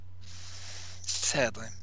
Sadly